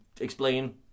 explain